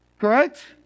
Correct